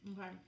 Okay